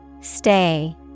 Stay